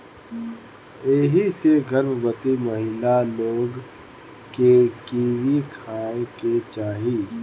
एही से गर्भवती महिला लोग के कीवी खाए के चाही